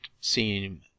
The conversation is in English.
seem